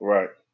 Right